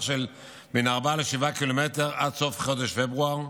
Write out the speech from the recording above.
של בין 4 ל-7 קילומטר עד סוף חודש פברואר.